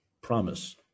promise